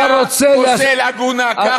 אתה רוצה, זכר צדיק לברכה, היה פוסל עגונה ככה?